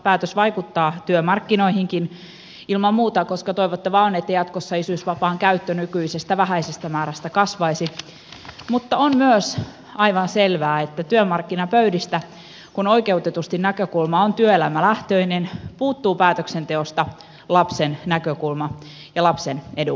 päätös vaikuttaa työmarkkinoihinkin ilman muuta koska toivottavaa on että jatkossa isyysvapaan käyttö nykyisestä vähäisestä määrästä kasvaisi mutta on myös aivan selvää että työmarkkinapöydistä kun oikeutetusti näkökulma on työelämälähtöinen puuttuu päätöksenteosta lapsen näkökulma ja lapsen edunvalvonta